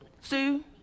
Sue